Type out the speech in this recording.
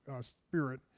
Spirit